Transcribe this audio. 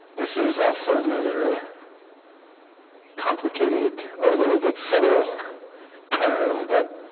this is us or another complicated or a little bit settle term but